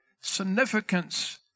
significance